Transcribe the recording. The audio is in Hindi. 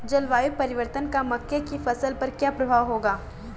जलवायु परिवर्तन का मक्के की फसल पर क्या प्रभाव होगा?